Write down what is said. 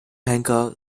henker